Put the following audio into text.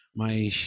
mas